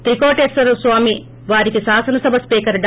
త్రికోటేశ్వర స్వామి వారికి శాసన సభ స్పీకర్ డా